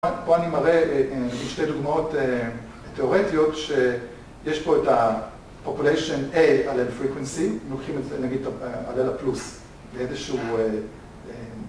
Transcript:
פה אני מראה עם שתי דוגמאות תיאורטיות שיש פה את ה-population A על ה-frequency לוקחים את זה, נגיד, על ה-plus באיזשהו...